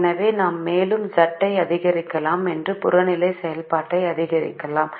எனவே நாம் மேலும் Z ஐ அதிகரிக்கலாம் அல்லது புறநிலை செயல்பாட்டை அதிகரிக்கலாம்